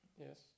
Yes